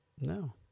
No